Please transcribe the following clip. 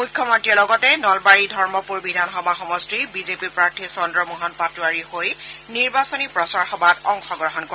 মুখ্যমন্ত্ৰীয়ে লগতে নলবাৰীৰ ধৰ্মপুৰ বিধানসভা সমষ্টিৰ বিজেপি প্ৰাৰ্থী চন্দ্ৰমোহন পাটোৱাৰীৰ হৈ নিৰ্বাচনী প্ৰচাৰ সভাত অংশগ্ৰহণ কৰে